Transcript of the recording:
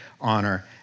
honor